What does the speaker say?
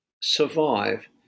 survive